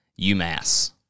UMass